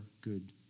good